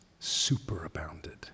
superabounded